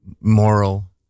moral